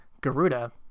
Garuda